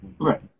Right